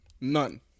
None